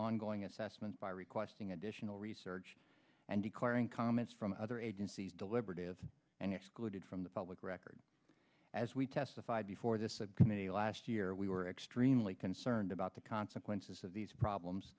ongoing assessment by requesting additional research and declaring comments from other agencies deliberative and excluded from the public record as we testified before subcommittee last year we were extremely concerned about the consequences of these problems